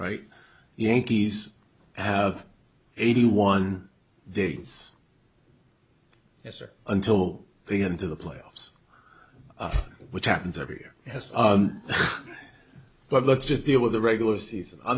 right yankees have eighty one degrees yes or until they get into the playoffs which happens every year has but let's just deal with the regular season